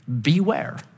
Beware